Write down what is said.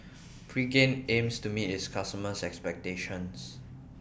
Pregain aims to meet its customers' expectations